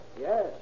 Yes